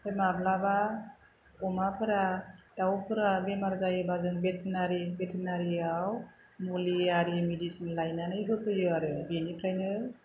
माब्लाबा अमाफोरा दाउफोरा बेमार जायोबा जों भेटेनारि भेटेनारियाव मुलि आरि मिडिसिन आरि लायनानै होफैयो आरो बेनिफ्रायनो